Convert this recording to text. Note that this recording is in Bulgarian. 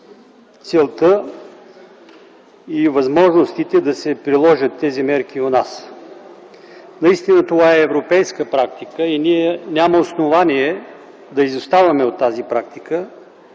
целта и възможностите да се приложат тези мерки и у нас. Това е европейска практика, ние нямаме основание да изоставаме от тази практика.